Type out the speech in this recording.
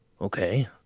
Okay